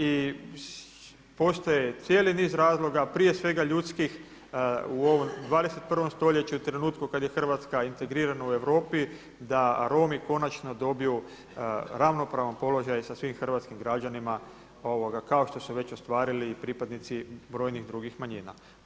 I postoji cijeli niz razloga, prije svega ljudskih u ovom 21. stoljeću i trenutku kad je Hrvatska integrirana u Europi da Romi konačno dobiju ravnopravan položaj sa svim hrvatskim građanima kao što su već ostvarili i pripadnici brojnih drugih manjina.